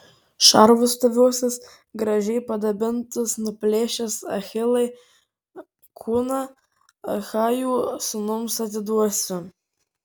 šarvus tavuosius gražiai padabintus nuplėšęs achilai kūną achajų sūnums atiduosiu